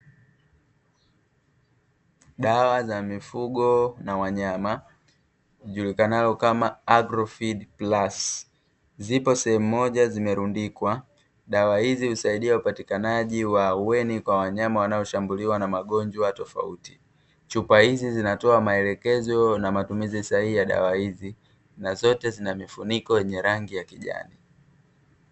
Dawa za mifugo na wanyama zijulikanazo kama "AGROFEED PLUS" zipo sehemu moja zimerundikwa. Dawa hizi husaidia upatikanaji wa haueni kwa wanyama wanaoshambuliwa na magonjwa tofauti. Chupa hizi zinatoa maelekezo na matumizi sahihi ya dawa hizi; na zote zina mifuniko yenye rangi ya kijani.